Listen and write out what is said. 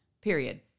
Period